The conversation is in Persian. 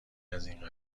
ازاین